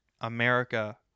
America